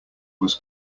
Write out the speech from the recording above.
was